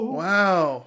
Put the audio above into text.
wow